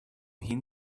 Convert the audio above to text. him